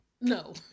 No